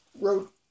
wrote